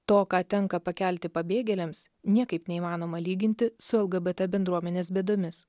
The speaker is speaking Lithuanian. to ką tenka pakelti pabėgėliams niekaip neįmanoma lyginti su lgbt bendruomenės bėdomis